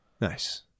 nice